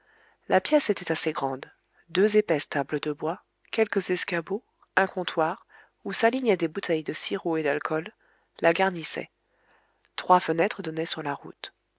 la pièce était assez grande deux épaisses tables de bois quelques escabeaux un comptoir où s'alignaient des bouteilles de sirop et d'alcool la garnissaient trois fenêtres donnaient sur la route